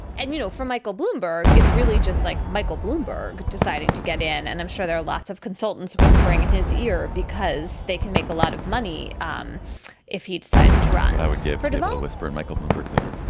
and you know for michael bloomberg it's really just like michael bloomberg deciding to get in and i'm sure there are lots of consultants whispering in his ear because they can make a lot of money um if he decides to run i would get for the vote whispering michael bloomberg there.